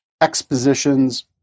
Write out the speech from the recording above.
expositions